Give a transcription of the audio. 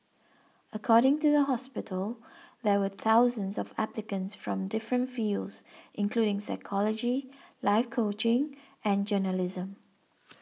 according to the hospital there were thousands of applicants from different fields including psychology life coaching and journalism